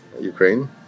Ukraine